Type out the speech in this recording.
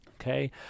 Okay